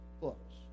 books